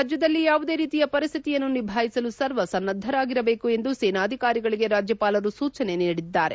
ರಾಜ್ವದಲ್ಲಿ ಯಾವುದೇ ರೀತಿಯ ಪರಿಸ್ಹಿತಿಯನ್ನು ನಿಭಾಯಿಸಲು ಸರ್ವ ಸನ್ನದ್ದರಾಗಿರಬೇಕು ಎಂದು ಸೇನಾಧಿಕಾರಿಗಳಿಗೆ ರಾಜ್ಯಪಾಲರು ಸೂಚನೆ ನೀಡಿದ್ದಾರೆ